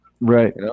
right